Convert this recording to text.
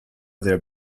there